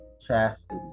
chastity